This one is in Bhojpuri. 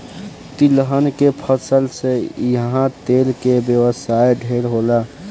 तिलहन के फसल से इहा तेल के व्यवसाय ढेरे होला